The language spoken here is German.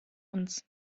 uns